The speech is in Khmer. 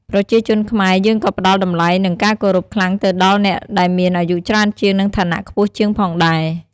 ប្រជាជនខ្មែរ យើងក៏ផ្ដល់តម្លៃ និងការគោរពខ្លាំងទៅដល់អ្នកដែលមានអាយុច្រើនជាង និងឋានៈខ្ពស់ជាងផងដែរ។